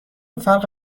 فرق